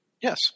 Yes